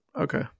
Okay